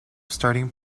starting